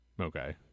Okay